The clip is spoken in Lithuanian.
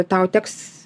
tau teks